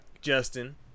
Justin